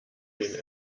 dns